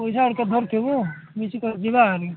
ପଇସା ହେରିକା ଧରିଥିବୁ ମିଶିକରି ଯିବାନି